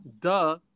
Duh